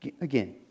Again